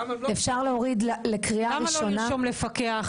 אפשר להוריד לקריאה ראשונה --- למה לא לרשום 'לפקח',